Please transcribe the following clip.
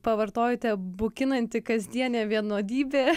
pavartojote bukinanti kasdienė vienodybė